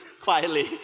quietly